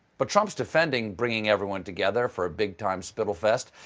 but trump's defending bringing everyone together for a big-time spittle-fest.